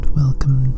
welcome